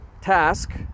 task